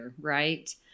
Right